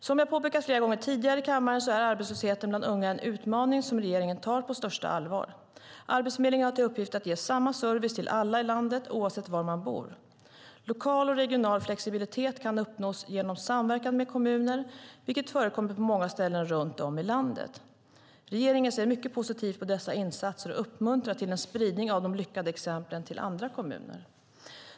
Som jag har påpekat flera gånger tidigare i kammaren är arbetslösheten bland unga en utmaning som regeringen tar på största allvar. Arbetsförmedlingen har till uppgift att ge samma service till alla i landet oavsett var man bor. Lokal och regional flexibilitet kan uppnås genom samverkan med kommuner, vilket förekommer på många ställen runt om i landet. Regeringen ser mycket positivt på dessa insatser och uppmuntrar till en spridning av de lyckade exemplen till andra kommuner.